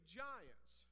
giants